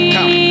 Come